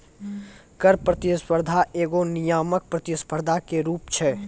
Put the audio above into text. कर प्रतिस्पर्धा एगो नियामक प्रतिस्पर्धा के रूप छै